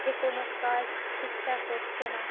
যে কোনো কাজ ঠিকঠাক হচ্ছে না